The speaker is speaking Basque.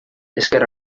ezker